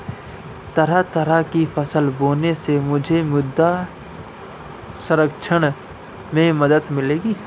तरह तरह की फसल बोने से मुझे मृदा संरक्षण में मदद मिली